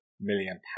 million